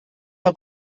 del